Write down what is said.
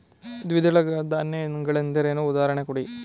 ದ್ವಿದಳ ಧಾನ್ಯ ಗಳೆಂದರೇನು, ಉದಾಹರಣೆ ಕೊಡಿ?